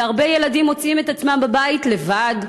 והרבה ילדים מוצאים את עצמם בבית לבד,